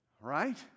right